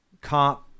cop